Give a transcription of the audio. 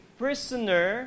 prisoner